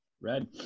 Red